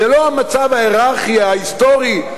זה לא המצב ההייררכי ההיסטורי,